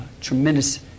tremendous